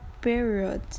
period